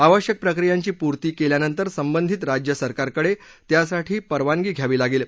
आवश्यक प्रक्रियांची पूर्ती केल्यानंतर संबंधित राज्य सरकारकडे त्यासाठी परवानगी घ्यावी लागेल